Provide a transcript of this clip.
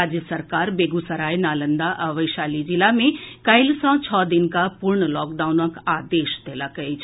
राज्य सरकार बेगूसराय नालंदा आ वैशाली जिला मे काल्हि सँ छओ दिनक पूर्ण लॉकडाउनक आदेश देलक अछि